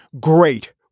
Great